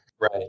Right